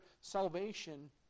Salvation